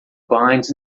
binds